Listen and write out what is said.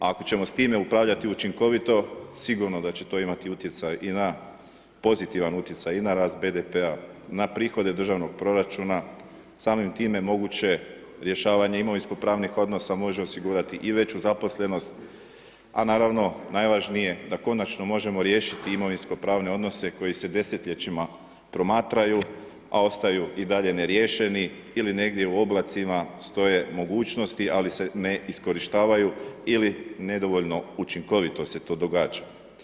Ako ćemo s time upravljati učinkovito, sigurno da će to imati utjecaj i na, pozitivan utjecaj i na rast BDP-a, na prihode državnog proračuna, samim time moguće rješavanje imovinsko pravnih odnosa može osigurati i veću zaposlenost a naravno najvažnije da konačno možemo riješiti imovinsko-pravne odnose koji se desetljećima promatraju a ostaju i dalje neriješeni ili negdje u oblacima stoje mogućnosti ali se ne iskorištavaju ili nedovoljno učinkovito se to događa.